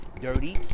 dirty